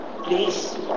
Please